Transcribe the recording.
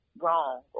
wrong